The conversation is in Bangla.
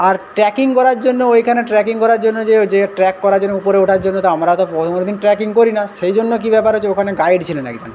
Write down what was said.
আর ট্রেকিং করার জন্য ওইখানে ট্রেকিং করার জন্য যে যে ট্রেক করার জন্য উপরে ওঠার জন্য তো আমরা তো দিন ট্রেকিং করি না সেই জন্য কী ব্যাপার হয়েছে ওখানে গাইড ছিলেন একজন